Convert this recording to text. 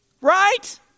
Right